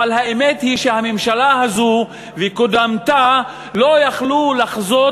אבל האמת היא שהממשלה הזו וקודמתה לא יכלו לחזות